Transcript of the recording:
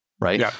right